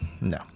No